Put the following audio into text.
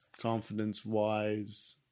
confidence-wise